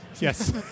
Yes